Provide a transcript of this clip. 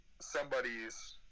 somebody's